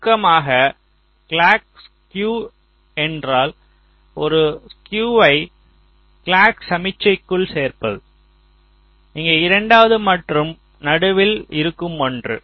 சுருக்கமாக clock skew என்றால் ஒரு ஸ்குயுவை கிளாக் சமிக்ஞைக்குள் சேர்ப்பது இங்கே இரண்டாவது மற்றும் நடுவில் இருக்கம் ஒன்று